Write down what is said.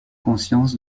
conscience